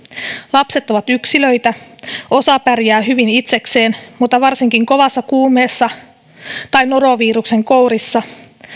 lapset ovat yksilöitä osa pärjää hyvin itsekseen mutta varsinkin kovassa kuumeessa tai noroviruksen kourissa